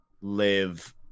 live